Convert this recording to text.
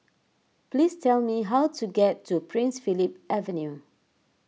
please tell me how to get to Prince Philip Avenue